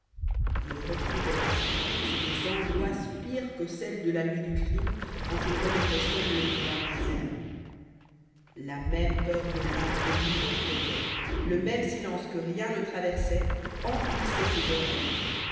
il retrouvait dans sa course des angoisses pires que celles de la nuit du crime quand il remontait seul le boulevard désert la même peur de l'inconnu le tenait le même silence que rien ne traversait emplissait ses oreilles